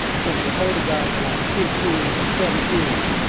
some of the older guys were like fifteen or seventeen.